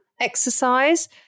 exercise